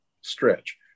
stretch